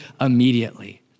immediately